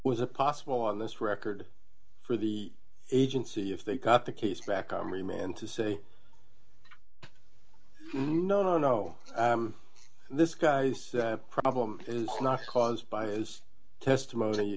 was a possible on this record for the agency if they got the case back on remand to say no no no this guy's problem is not caused by his testimony